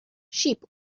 sheep